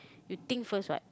you think first what